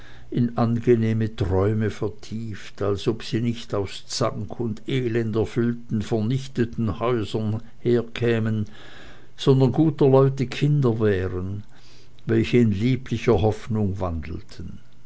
in angenehme träume vertieft als ob sie nicht aus zank und elenderfüllten vernichteten häusern herkämen sondern guter leute kinder wären welche in lieblicher hoffnung wandelten